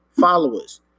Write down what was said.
followers